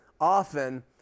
often